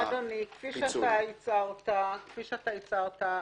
כפי שהצהרת,